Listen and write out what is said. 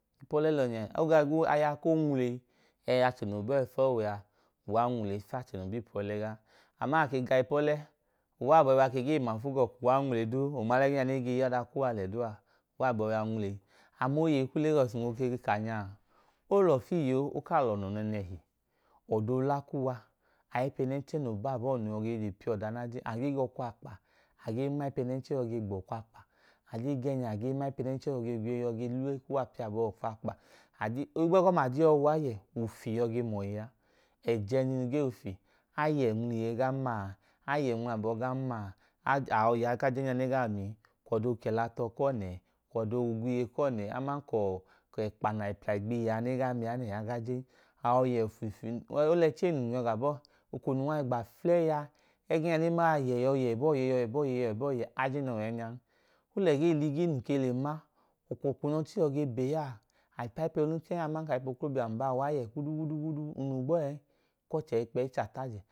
Ipọlẹ lọnyen, ogẹ gwu aya koo nwuleyi ẹ achẹ no bẹẹ fọọwẹ a uwa nwuleyi f’iachẹ no b’iipọlẹ ga aman ake ga ipole, uwa abọhiwa gee mafu gaa kaa nwuleyi duu onma lẹgẹẹ nege yela kuwa lẹ duua uwa abọiwa nwuleyi. Am’oyei k’u-lagọs nun ho ge kanyaa, olofiiye okaa lọnọ nẹnẹhi, ọdoola kuwa, aipẹnenche no baabọọ no yoi ge je piọ da na je ane g’ọkwakpa age maipẹnẹnchẹ yọge gbo ọkwakpa, age genya agee mai pẹnẹnchẹ yọ ge gwiye yọ g luwa piabọ ọkwkpa aj. Ohigbẹgọma aje yọ waiyẹ ufi yọge muwọ iyea, ẹjẹnjinu ge ufi, a yẹ nwuliye glan maa ayẹ nwulabo glan maa a ayọ yẹ a jẹnyanegaa miin, k’odoo kẹla tọọ kuwọ nẹẹ kọ doo gwiye kuwọ nẹẹ aman kọọ kẹkpa nau pla igbihi a nega mi anẹẹ ayọọ yẹ ufufi. Olẹchei nun nyọ gabọọ oko nun wa igba fulẹyi a ẹgẹnya ne maa yẹ yọ ye buọ iye yọ ye buo iye a aje no wẹi nuan, olẹge ligi nun ke le ma, ọkwọọkwu n’ochei yọ ge eche a a paioẹnẹnchẹ nya aman k’aipoklobia mbaa hudu gbuduigbudu unụ gbọọ ẹẹn ekw’ọchẹ ikpẹyi cha taajẹ.